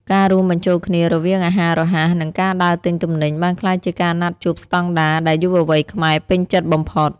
ការរួមបញ្ចូលគ្នារវាងអាហាររហ័ស និងការដើរទិញទំនិញ បានក្លាយជាការណាត់ជួបស្តង់ដារដែលយុវវ័យខ្មែរពេញចិត្តបំផុត។